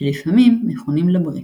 שלפעמים מכונים לברית.